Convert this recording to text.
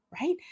Right